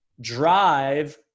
Drive